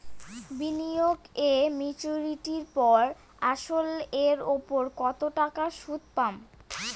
বিনিয়োগ এ মেচুরিটির পর আসল এর উপর কতো টাকা সুদ পাম?